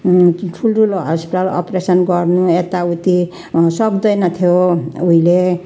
त्यो ठुल्ठुलो hospital operation गर्नु यताउति सक्दैन्थ्यो उहिले